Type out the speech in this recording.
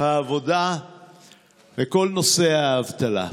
העבודה וכל נושא האבטלה.